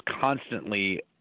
constantly